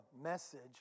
message